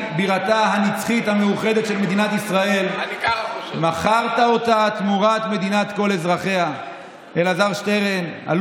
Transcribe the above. לממשלת ישראל לחוקק חוק נגד עינויים ולהפסיק לאלתר את